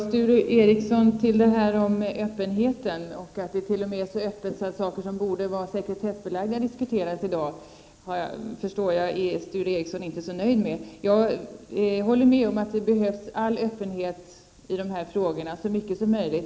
Herr talman! Att redovisningen t.o.m. är så öppen att saker som borde vara sekretessbelagda diskuteras i dag, förstår jag att Sture Ericson inte är nöjd med, men jag håller med dem som säger att öppenheten i de här frågorna skall vara så stor som möjligt.